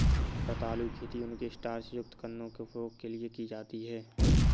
रतालू खेती उनके स्टार्च युक्त कंदों के उपभोग के लिए की जाती है